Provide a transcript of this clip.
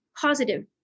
positive